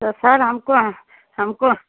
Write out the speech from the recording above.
तो सर हमको हाँ हमको